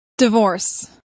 Divorce